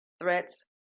threats